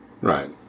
Right